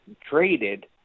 traded